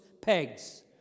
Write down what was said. pegs